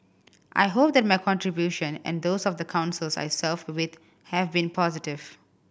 I hope that my contribution and those of the Councils I served with have been positive